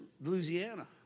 Louisiana